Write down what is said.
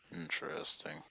Interesting